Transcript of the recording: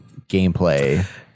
gameplay